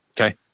Okay